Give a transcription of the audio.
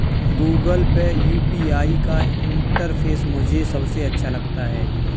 Google Pay UPI का interface मुझे सबसे अच्छा लगता है